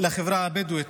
החברה הבדואית,